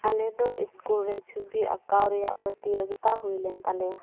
ᱟᱞᱮ ᱫᱚ ᱤᱥᱠᱩᱞ ᱨᱮ ᱪᱷᱚᱵᱤ ᱟᱠᱟᱶ ᱨᱮᱭᱟᱜ ᱯᱨᱚᱛᱤᱡᱳᱜᱤᱛᱟ ᱦᱩᱭᱞᱮᱱ ᱛᱟᱞᱮᱭᱟ